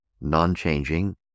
Non-changing